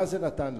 מה זה נתן לנו?